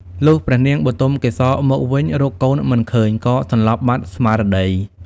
លុះនាងបុទមកេសរមកវិញ រកកូនមិនឃើញក៏សន្លប់បាត់ស្មារតី។